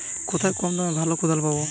কোথায় কম দামে ভালো কোদাল পাব?